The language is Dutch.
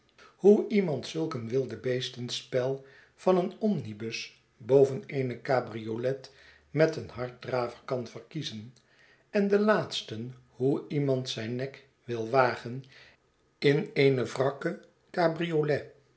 hoe iemand zulk een wilde-beestenspel van een omnibus boven eene cabriolet met een harddraver kan verkiezen en de laatsten hoe iemand zijn nek wil wagen in eene wrakke cabriolet